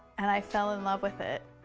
and i fell in love with it,